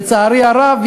לצערי הרב,